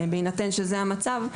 בהינתן שזה המצב,